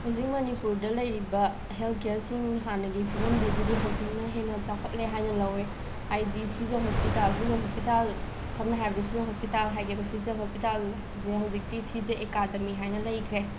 ꯍꯧꯖꯤꯛ ꯃꯅꯤꯄꯨꯔꯗ ꯂꯩꯔꯤꯕ ꯍꯦꯜꯊ ꯀꯦꯌꯔꯁꯤꯡ ꯍꯥꯟꯅꯒꯤ ꯐꯤꯕꯝꯗꯒꯤꯗꯤ ꯍꯧꯖꯤꯛꯅ ꯍꯦꯟꯅ ꯆꯥꯎꯈꯠꯂꯦ ꯍꯥꯏꯅ ꯂꯧꯋꯦ ꯍꯥꯏꯗꯤ ꯁꯤꯖꯥ ꯍꯣꯁꯄꯤꯇꯥꯜꯁꯤꯗ ꯁꯤꯖ ꯍꯣꯁꯄꯤꯇꯥꯜ ꯁꯝꯅ ꯍꯥꯏꯔꯕꯗ ꯁꯤꯖ ꯍꯣꯁꯄꯤꯇꯥꯜ ꯍꯥꯏꯒꯦꯕ ꯁꯤꯖ ꯍꯣꯁꯄꯤꯇꯥꯜꯖꯦ ꯍꯧꯖꯤꯛꯇꯤ ꯁꯤꯖ ꯑꯦꯀꯥꯗꯦꯃꯤ ꯍꯥꯏꯅ ꯂꯩꯈ꯭ꯔꯦ